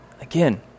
Again